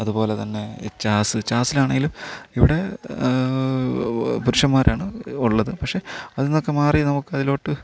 അതുപോലെ തന്നെ ജാസ് ജാസിലാണേലും ഇവിടെ പുരുഷന്മാരാണ് ഉള്ളത് പക്ഷെ അതില്നിന്നൊക്കെ മാറി നമുക്കതിലോട്ട്